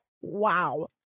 wow